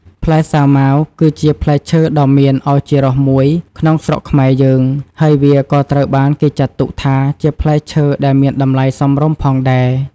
ផ្លែសាវម៉ាវ គឺជាផ្លែឈើដ៏មានឱជារសមួយក្នុងស្រុកខ្មែរយើង ហើយវាក៏ត្រូវបានគេចាត់ទុកថា ជាផ្លែឈើដែលមានតម្លៃសមរម្យផងដែរ។